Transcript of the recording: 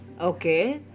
Okay